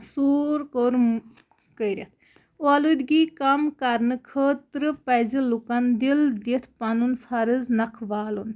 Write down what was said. سوٗر کوٚرُم کٔرِتھ اولوٗدگی کَم کَرنہٕ خٲطرٕ پَزِ لُکَن دِل دِتھ پَنُن فرض نَکھٕ والُن